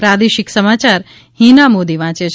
પ્રાદેશિક સમાચાર હીના મોદી વાંચે છે